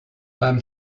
beim